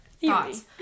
thoughts